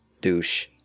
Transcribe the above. douche